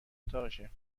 اتاقشه